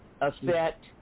affect